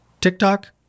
TikTok